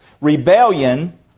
Rebellion